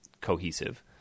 cohesive